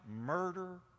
murder